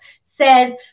says